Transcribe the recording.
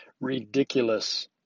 ridiculous